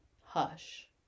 Hush